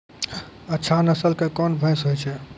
अच्छा नस्ल के कोन भैंस होय छै?